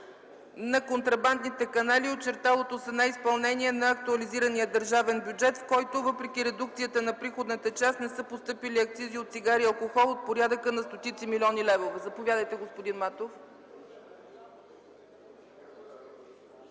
на контрабандните канали и очерталото се неизпълнение на актуализирания държавен бюджет, в който, въпреки редукцията на приходната част, не са постъпили акцизи от цигари и алкохол от порядъка на стотици милиони левове. Заповядайте, господин Матов.